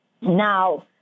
now